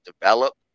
develop